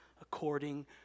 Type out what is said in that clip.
according